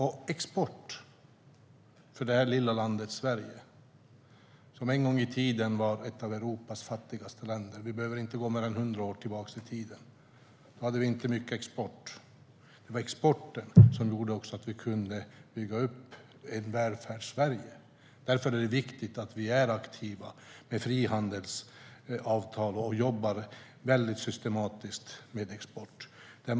Det lilla landet Sverige var en gång i tiden ett av Europas fattigaste länder - vi behöver inte gå mer än 100 år tillbaka i tiden. Då hade vi inte mycket export. Det var exporten som gjorde att vi kunde bygga upp Välfärdssverige. Därför är det viktigt att vi är aktiva med frihandelsavtal och jobbar systematiskt med export.